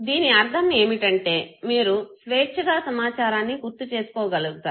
దీని అర్ధం ఏమిటంటే మీరు స్వేచ్ఛగా సమాచారాన్ని గుర్తు చేసుకోగలుగుతారు